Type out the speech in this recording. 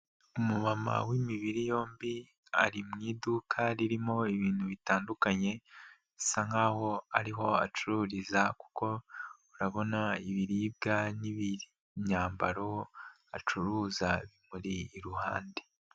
Umumama w'imibiri yombi ari mu iduka ririmo ibintu bitandukanye, bisa nk'aho ariho acururiza kuko urabona ibiribwa n'ibimyambaro acuruza bimuri iruhande.